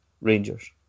rangers